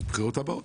בבחירות הבאות.